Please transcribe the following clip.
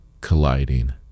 colliding